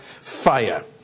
fire